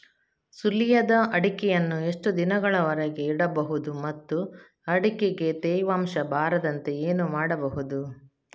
ಸುಲಿಯದ ಅಡಿಕೆಯನ್ನು ಎಷ್ಟು ದಿನಗಳವರೆಗೆ ಇಡಬಹುದು ಮತ್ತು ಅಡಿಕೆಗೆ ತೇವಾಂಶ ಬರದಂತೆ ಏನು ಮಾಡಬಹುದು?